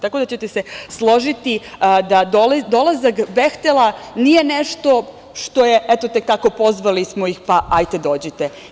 Tako da ćete se složiti da dolazak „Behtela“ nije nešto što je eto tek tako, pozvali smo ih, pa hajde dođite.